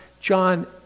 John